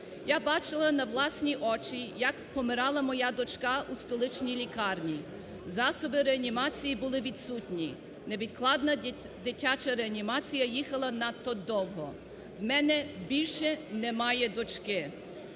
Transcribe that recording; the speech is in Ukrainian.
"Я бачила на власні очі, як помирала моя дочка у столичній лікарні. Засоби реанімації були відсутні. Невідкладна дитяча реанімація їхала надто довго. У мене більше немає дочки".